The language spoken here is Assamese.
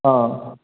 অঁ অঁ অঁ